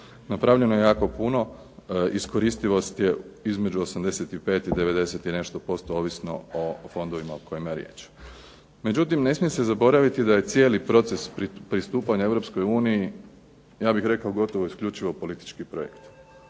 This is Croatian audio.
Napravljeno je jako puno, iskoristivost je između 85 i 90 i nešto posto ovisno o fondovima o kojima je riječ. Međutim, ne smije se zaboraviti da je cijeli proces pristupanja Europskoj uniji ja bih rekao gotovo isključivo politički projekt.